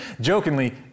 jokingly